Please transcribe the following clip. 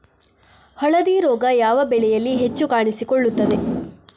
ಹಳದಿ ರೋಗ ಯಾವ ಬೆಳೆಯಲ್ಲಿ ಹೆಚ್ಚು ಕಾಣಿಸಿಕೊಳ್ಳುತ್ತದೆ?